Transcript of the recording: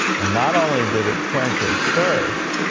and not only did it quench his thirst,